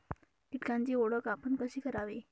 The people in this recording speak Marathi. कीटकांची ओळख आपण कशी करावी?